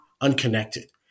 unconnected